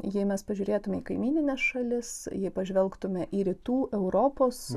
jei mes pažiūrėtume į kaimynines šalis jei pažvelgtume į rytų europos